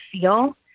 feel